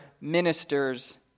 ministers